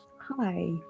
Hi